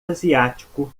asiático